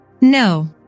No